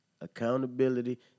Accountability